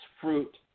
fruit